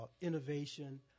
innovation